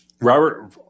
Robert